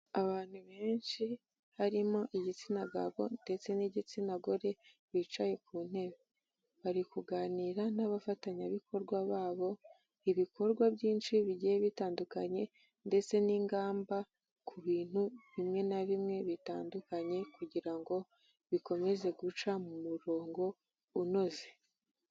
Abantu benshi harimo igitsina gabo ndetse n'igitsina gore bicaye ku ntebe. Bari kuganira n'abafatanyabikorwa babo, ibikorwa byinshi bigiye bitandukanye ndetse n'ingamba ku bintu bimwe na bimwe bitandukanye kugira ngo bikomeze guca mu murongo unoze.